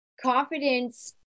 Confidence